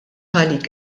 għalik